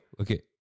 okay